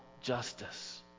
justice